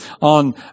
on